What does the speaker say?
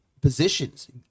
positions